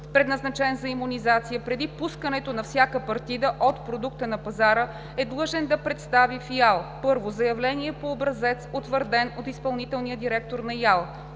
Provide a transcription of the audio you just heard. предназначен за имунизация, преди пускането на всяка партида от продукта на пазара е длъжен да представи в ИАЛ: 1. заявление по образец, утвърден от изпълнителния директор на ИАЛ;